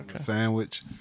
Sandwich